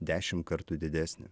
dešimt kartų didesnė